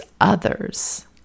others